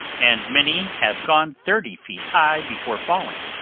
and many have gone thirty feet high before falling.